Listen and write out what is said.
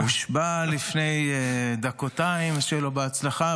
הוא הושבע לפני דקותיים, שיהיה לו בהצלחה.